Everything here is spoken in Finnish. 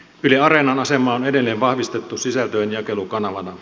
yle areenan asemaa on edelleen vahvistettu sisältöjen jakelukanavana